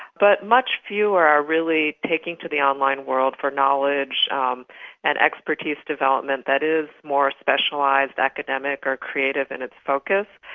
but much fewer are really taking to the online world for knowledge um and expertise development that is more specialised academic or creative in its focus.